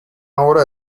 hora